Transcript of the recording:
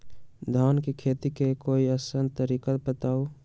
धान के खेती के कोई आसान तरिका बताउ?